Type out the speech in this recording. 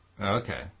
Okay